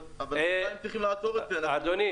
כאן צריכים לעצור את זה --- אדוני,